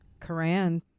Quran